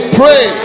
pray